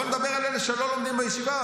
בוא נדבר על אלה שלא לומדים בישיבה.